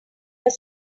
have